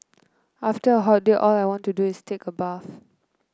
after a hot day all I want to do is take a bath